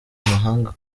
mahanga